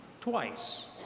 twice